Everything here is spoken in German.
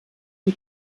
die